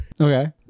Okay